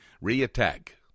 re-attack